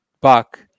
buck